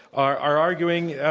are are arguing,